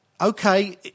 Okay